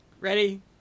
Ready